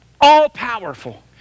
all-powerful